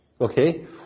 Okay